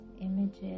images